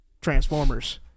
Transformers